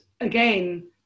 again